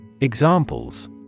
Examples